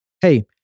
hey